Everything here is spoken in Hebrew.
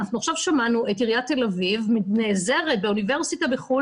אנחנו עכשיו שמענו את עיריית תל אביב נעזרת באוניברסיטה בחו"ל